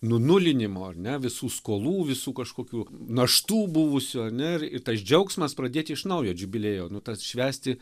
nunulinimo ar ne visų skolų visų kažkokių naštų buvusių ar ne ir tas džiaugsmas pradėti iš naujo džubiliejo nu tas švęsti